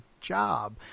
job